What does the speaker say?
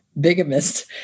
bigamist